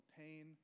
pain